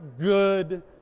good